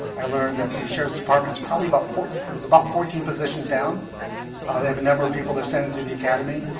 i learned that the sheriff's department is probably about forty is about fourteen positions down ah they have a number of people they're sending to the academy.